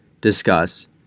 discuss